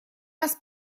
вас